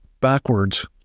backwards